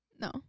No